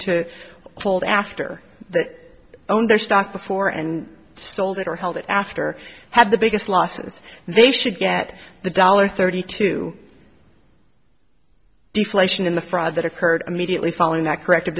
to hold after that their stock before and sold it or held it after have the biggest losses they should get the dollar thirty two deflation in the fraud that occurred immediately following that correct